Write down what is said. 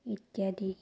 ইত্যাদি